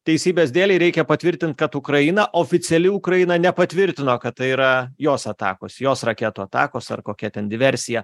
teisybės dėlei reikia patvirtint kad ukraina oficiali ukraina nepatvirtino kad tai yra jos atakos jos raketų atakos ar kokia ten diversija